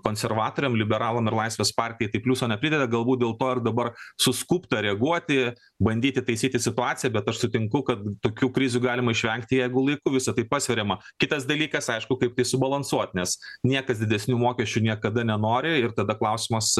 konservatoriam liberalam ir laisvės partijai tai pliuso neprideda galbūt dėl to ir dabar suskubta reaguoti bandyti taisyti situaciją bet aš sutinku kad tokių krizių galima išvengti jeigu laiku visa tai pasveriama kitas dalykas aišku kaip tai subalansuot nes niekas didesnių mokesčių niekada nenori ir tada klausimas